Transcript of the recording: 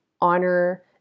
honor